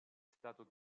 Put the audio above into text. stato